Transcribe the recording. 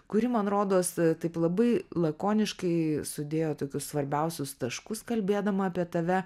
kuri man rodos taip labai lakoniškai sudėjo tokius svarbiausius taškus kalbėdama apie tave